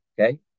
Okay